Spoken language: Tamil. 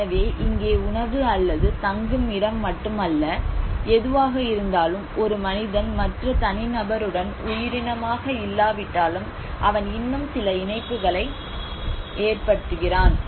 எனவே இங்கே உணவு அல்லது தங்குமிடம் மட்டுமல்ல எதுவாக இருந்தாலும் ஒரு மனிதன் மற்ற தனிநபருடன் உயிரினமாக இல்லாவிட்டாலும் அவன் இன்னும் சில இணைப்புகளை ஏற்படுத்துகிறான்